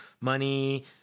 money